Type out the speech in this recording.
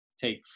take